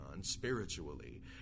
spiritually